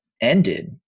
ended